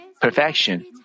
perfection